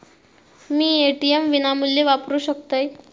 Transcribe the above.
मी ATM विनामूल्य वापरू शकतय?